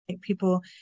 people